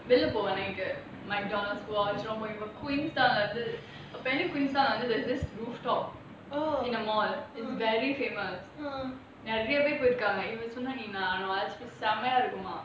வெளிய போவோம்:veliya povom night Mcdonald's jurong point queenstown apparently queenstown under there's this rooftop in a mall it's very famous நெறய பேரு போயிருக்காங்க செம்மையா இருக்குமாம்:neraiya peru poyirukaanga semmaiyaa irukumam